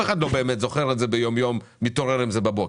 אחד לא באמת זוכר את זה ביומיום ומתעורר עם זה בבוקר.